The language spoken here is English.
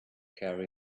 carry